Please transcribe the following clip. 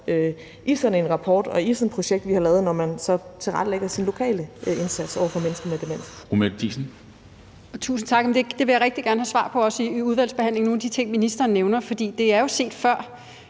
i sådan en rapport og i sådan et projekt, vi har lavet, når man så tilrettelægger sin lokale indsats over for mennesker med demens.